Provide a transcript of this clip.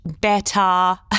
better